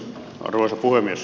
arvoisa puhemies